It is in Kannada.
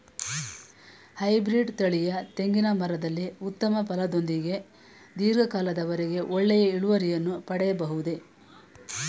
ಹೈಬ್ರೀಡ್ ತಳಿಯ ತೆಂಗಿನ ಮರದಲ್ಲಿ ಉತ್ತಮ ಫಲದೊಂದಿಗೆ ಧೀರ್ಘ ಕಾಲದ ವರೆಗೆ ಒಳ್ಳೆಯ ಇಳುವರಿಯನ್ನು ಪಡೆಯಬಹುದೇ?